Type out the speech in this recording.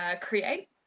create